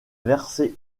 verser